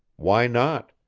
why not?